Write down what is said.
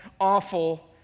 awful